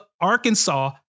Arkansas